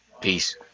Peace